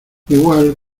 igual